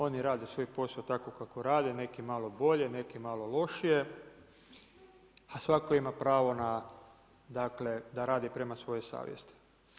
Oni rade svoj posao tako kako rade, neki malo bolje, neki malo lošije, a svatko ima pravo, dakle da radi prema svojoj savjesti.